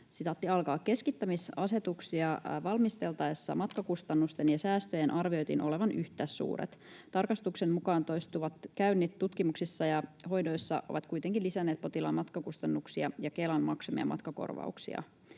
sitaatti: ”Keskittämisasetuksia valmisteltaessa matkakustannusten ja säästöjen arvioitiin olevan yhtä suuret. Tarkastuksen mukaan toistuvat käynnit tutkimuksissa ja hoidoissa ovat kuitenkin lisänneet potilaan matkakustannuksia ja Kelan maksamia matkakorvauksia.”